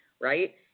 right